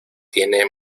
tiene